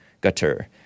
gutter